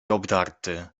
obdarty